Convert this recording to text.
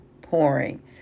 pouring